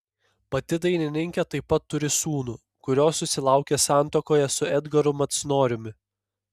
pati dainininkė taip pat turi sūnų kurio susilaukė santuokoje su edgaru macnoriumi